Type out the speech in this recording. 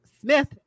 Smith